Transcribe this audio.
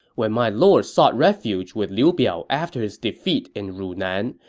when my lord sought refuge with liu biao after his defeat in runan,